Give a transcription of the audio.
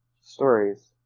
Stories